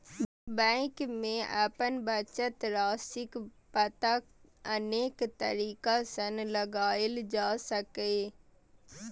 bank मे अपन बचत राशिक पता अनेक तरीका सं लगाएल जा सकैए